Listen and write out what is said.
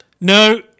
No